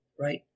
right